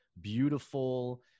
beautiful